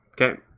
Okay